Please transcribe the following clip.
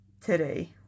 Today